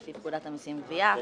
לפי פקודת המסים (גבייה).